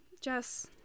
Jess